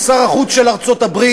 שר החוץ של ארצות-הברית,